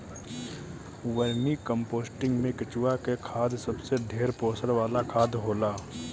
vermi composting में केचुआ के खाद सबसे ढेर पोषण वाला खाद होला